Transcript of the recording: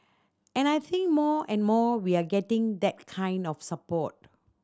and I think more and more we are getting that kind of support